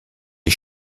les